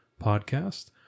Podcast